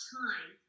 time